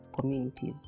communities